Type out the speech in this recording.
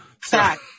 Fact